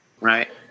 right